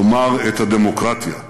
כלומר את הדמוקרטיה.